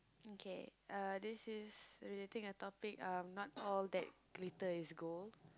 okay uh this is relating a topic uh not all that glitter is gold